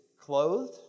clothed